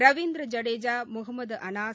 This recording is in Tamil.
ரவீந்திர ஐடேஜா முகமது அனாஸ்